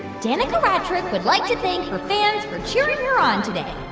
danica ratrick would like to thank her fans for cheering her on today